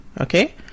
okay